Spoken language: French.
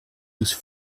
nous